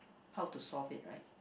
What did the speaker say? how to solve it right